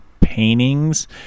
paintings